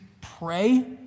pray